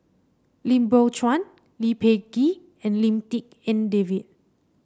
Lim Biow Chuan Lee Peh Gee and Lim Tik En David